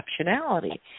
exceptionality